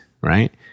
right